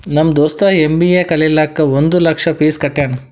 ನಮ್ ದೋಸ್ತ ಎಮ್.ಬಿ.ಎ ಕಲಿಲಾಕ್ ಒಂದ್ ಲಕ್ಷ ಫೀಸ್ ಕಟ್ಯಾನ್